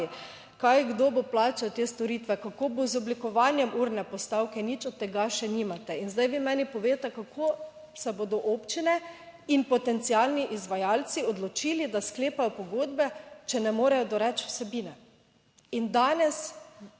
državi, kdo bo plačal te storitve, kako bo z oblikovanjem urne postavke? Nič od tega še nimate. In zdaj vi meni povejte, kako se bodo občine in potencialni izvajalci odločili, da sklepajo pogodbe, če ne morejo doreči vsebine? In danes